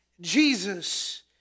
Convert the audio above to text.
Jesus